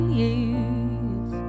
years